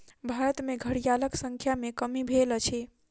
भारत में घड़ियालक संख्या में कमी भेल अछि